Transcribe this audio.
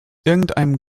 irgendeinem